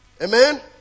Amen